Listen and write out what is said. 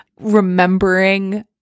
Remembering